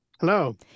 Hello